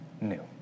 new